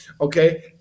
Okay